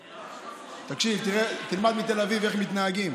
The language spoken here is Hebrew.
תקשיב, תלמד מתל אביב איך מתנהגים.